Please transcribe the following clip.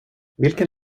vilken